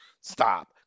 stop